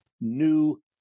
new